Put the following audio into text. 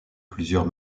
plusieurs